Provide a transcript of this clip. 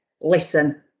listen